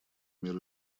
мер